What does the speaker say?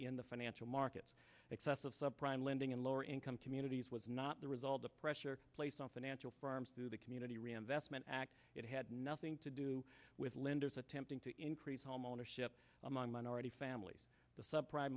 in the financial markets excessive subprime lending and lower income communities was not the result of pressure placed on financial firms through the community reinvestment act it had nothing to do with lenders attempting to increase homeownership among minority families the sub pri